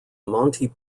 monty